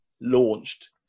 launched